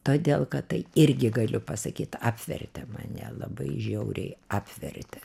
todėl kad tai irgi galiu pasakyt apvertė mane labai žiauriai apvertė